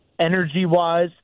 energy-wise